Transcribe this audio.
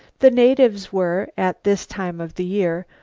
the natives were, at this time of the year,